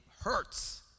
hurts